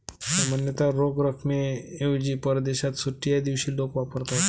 सामान्यतः रोख रकमेऐवजी परदेशात सुट्टीच्या दिवशी लोक वापरतात